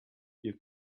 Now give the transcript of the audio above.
you